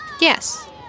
Yes